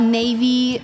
navy